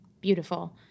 Beautiful